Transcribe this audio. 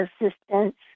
assistance